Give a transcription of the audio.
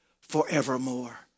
forevermore